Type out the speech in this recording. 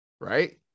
right